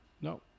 No